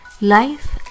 life